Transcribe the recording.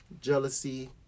jealousy